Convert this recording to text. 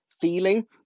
feeling